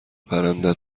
پرنده